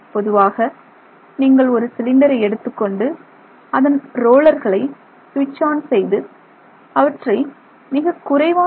பொதுவாக நீங்கள் ஒரு சிலிண்டரை எடுத்துக்கொண்டு அதன் ரோலர்களை ஸ்விட்ச் ஆன் செய்து அவற்றை மிகக்குறைவான ஆர்